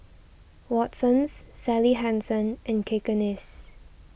Watsons Sally Hansen and Cakenis